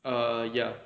err ya